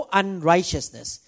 unrighteousness